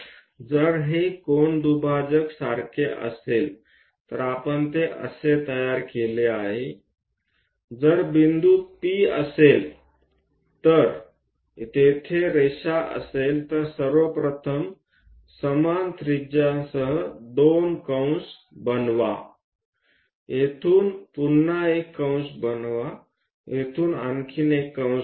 जर हे कोनदुभाजक सारखे असेल तर आपण ते असे तयार केले आहे जर बिंदू P असेल जर तेथे रेषा असेल तर सर्वप्रथम समान त्रिज्यासह दोन कंस बनवा येथून पुन्हा एक कंस बनवा येथून आणखी एक कंस बनवा